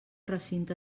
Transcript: recinte